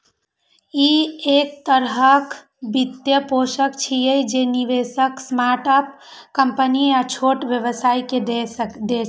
ई एक तरहक वित्तपोषण छियै, जे निवेशक स्टार्टअप कंपनी आ छोट व्यवसायी कें दै छै